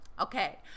okay